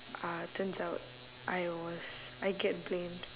uh turns out I was I get blamed